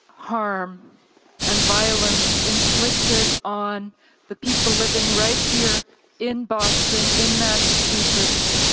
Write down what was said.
harm and violence inflicted on the people living right here in boston, in massachusets,